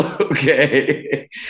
Okay